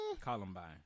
Columbine